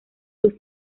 sus